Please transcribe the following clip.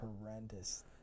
horrendous